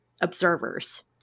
observers